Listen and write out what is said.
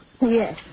Yes